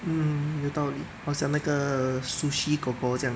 mm 有道理好像那个 sushi kor kor 这样